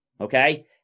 okay